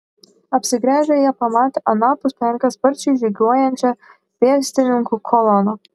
apsigręžę jie pamatė anapus pelkės sparčiai žygiuojančią pėstininkų koloną